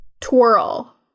twirl